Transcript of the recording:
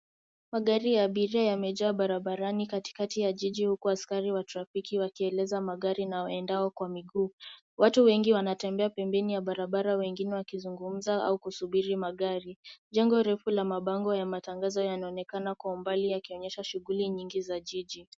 Magari ya abiria yamejaa barabarani katikati ya jiji huku askari wa traffic wakieleza magari na waendao kwa miguu. Watu wengi wanatembea pembeni ya barabara wengine wakizungumza au kusubiri magari. Jengo refu la mabango ya matangazo yanaonekana kwa mbali yakionyesha shughuli nyingi za jiji.